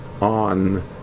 on